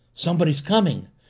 somebody's coming!